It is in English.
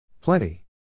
Plenty